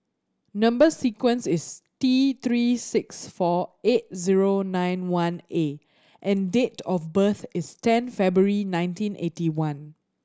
number sequence is T Three six four eight zero nine one A and date of birth is ten February nineteen eighty one